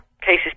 cases